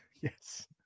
Yes